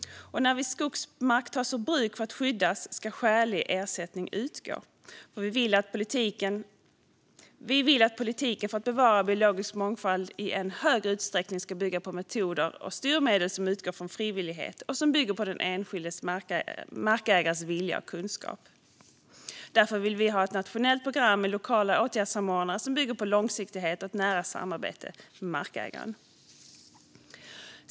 När skogsmark tas ur bruk för att skyddas ska skälig ersättning utgå. Vi vill att politiken för att bevara biologisk mångfald i än högre utsträckning ska bygga på metoder och styrmedel som utgår från frivillighet och bygger på den enskilda markägarens vilja och kunskap. Därför vill vi ha ett nationellt program med lokala åtgärdssamordnare, som bygger på långsiktighet och ett nära samarbete med markägaren.